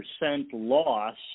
loss